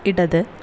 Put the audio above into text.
ഇടത്